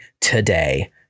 Today